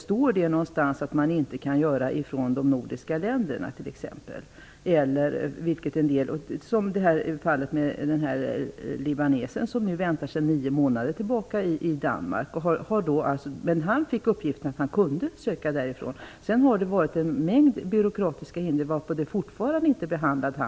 Står det någonstans att man inte kan göra det? En libanes väntar sedan nio månader tillbaka i Danmark. Han fick uppgiften att han kunde söka uppehållstillstånd därifrån. Men det har varit en mängd byråkratiska hinder, varför hans ansökan fortfarande inte har behandlats.